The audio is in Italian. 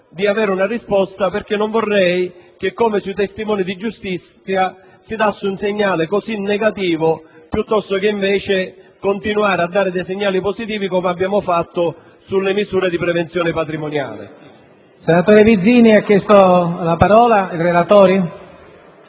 di fornire una risposta perché non vorrei che, come sui testimoni di giustizia, si desse un segnale così negativo, piuttosto che continuare a dare dei segnali positivi come abbiamo fatto sulle misure di prevenzione patrimoniale.